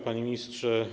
Panie Ministrze!